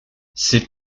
ses